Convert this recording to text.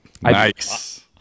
Nice